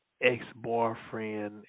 ex-boyfriend